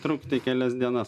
trukti kelias dienas